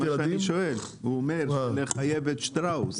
זה מה שאני שואל, הוא אומר לחייב את שטראוס.